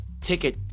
ticket